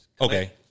okay